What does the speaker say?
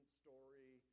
story